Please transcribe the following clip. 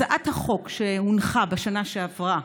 הצעת החוק שהונחה בשנה שעברה,